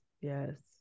yes